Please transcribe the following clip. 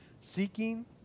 seeking